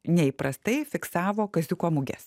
neįprastai fiksavo kaziuko muges